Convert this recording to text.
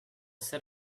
sit